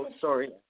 sorry